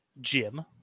Jim